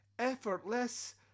effortless